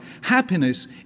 happiness